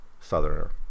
southerner